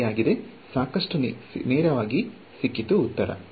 ಸರಿ ಸಾಕಷ್ಟು ನೇರವಾಗಿ ಸಿಕ್ಕಿತು ಉತ್ತರ